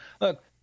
Look